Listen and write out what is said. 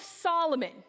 Solomon